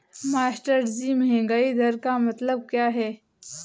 मास्टरजी महंगाई दर का मतलब क्या है?